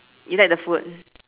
you like the food